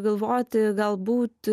galvoti galbūt